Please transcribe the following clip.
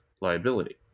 liability